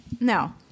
No